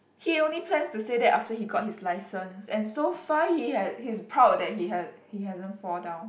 he only plans to say that after he got his license and so far he had he is proud that he had he hasn't fall down